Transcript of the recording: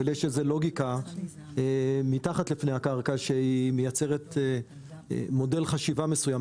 אבל יש איזה לוגיקה מתחת לפני הקרקע שהיא מייצרת מודל חשיבה מסוים,